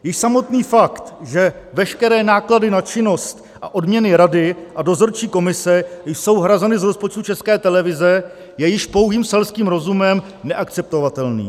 Již samotný fakt, že veškeré náklady na činnost a odměny rady a dozorčí komise jsou hrazeny z rozpočtu České televize, je pouhým selským rozumem neakceptovatelný.